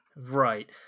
Right